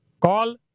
Call